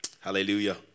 Hallelujah